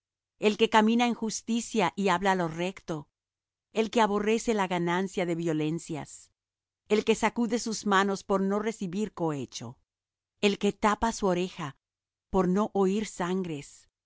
el que camina en justicia y habla lo recto el que aborrece la ganancia de violencias el que sacude sus manos por no recibir cohecho el que tapa su oreja por no oir sangres